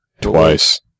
Twice